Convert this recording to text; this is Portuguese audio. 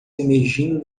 emergindo